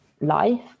life